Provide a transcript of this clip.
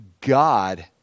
God